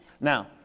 Now